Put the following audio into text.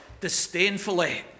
disdainfully